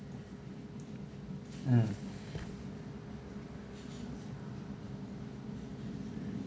mm